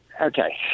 Okay